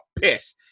piss